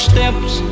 Steps